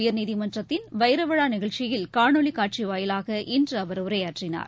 உயா்நீதிமன்றத்தின் வைரவிழாநிகழ்ச்சியில் காணொலிகாட்சிவாயிலாக இன்றுஅவர் கஜராத் உரையாற்றினார்